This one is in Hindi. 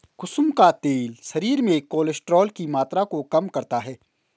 कुसुम का तेल शरीर में कोलेस्ट्रोल की मात्रा को कम करता है